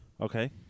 Okay